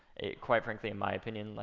quite frankly in my opinion, like